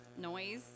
noise